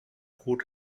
could